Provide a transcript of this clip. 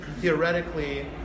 theoretically